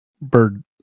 Bird